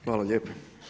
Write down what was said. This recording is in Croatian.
Hvala lijepo.